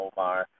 Omar